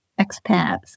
expats